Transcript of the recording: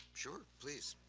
sure, please.